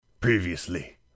previously